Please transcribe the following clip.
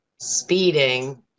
speeding